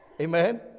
amen